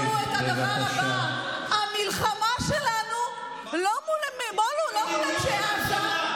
אומר לנו את הדבר הבא: המלחמה שלנו לא מול אנשי עזה,